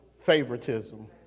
favoritism